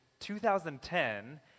2010